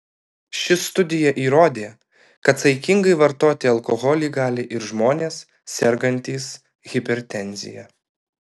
ši studija įrodė kad saikingai vartoti alkoholį gali ir žmonės sergantys hipertenzija